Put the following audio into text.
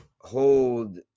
hold